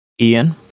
Ian